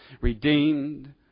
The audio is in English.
Redeemed